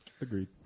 Agreed